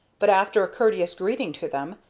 but, after a courteous greeting to them,